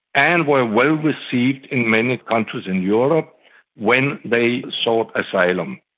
and were well received in many countries in europe when they sought asylum.